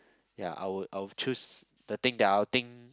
ya I would I would choose the thing that I'll think